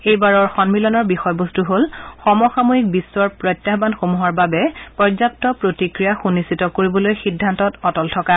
এইবাৰৰ সমিলনৰ বিষয়বস্তু হ'ল সম সাময়িক বিশ্বৰ প্ৰত্যাহানসমূহৰ বাবে পৰ্যাপু প্ৰতিক্ৰিয়া সুনিশ্চিত কৰিবলৈ সিদ্ধান্তত অটল থকা